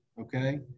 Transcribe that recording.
okay